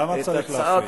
למה צריך להפריע?